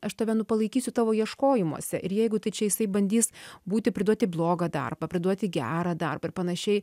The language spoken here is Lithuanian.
aš tave nu palaikysiu tavo ieškojimuose ir jeigu tai čia jisai bandys būti priduoti blogą darbą priduoti gerą darbą ar panašiai